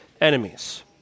enemies